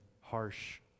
harsh